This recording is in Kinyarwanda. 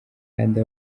kandi